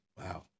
Wow